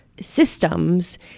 systems